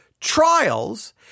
trials